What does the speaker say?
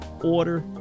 Order